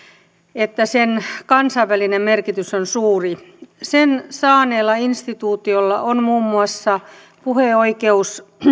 että sen kansainvälinen merkitys on suuri sen saaneella instituutiolla on muun muassa puheoikeus